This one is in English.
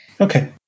Okay